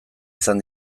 izan